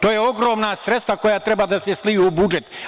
To su ogromna sredstva koja treba da se sliju u budžet.